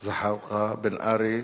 זחאלקה, בן-ארי.